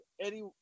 Eddie